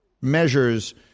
measures